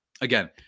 again